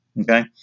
Okay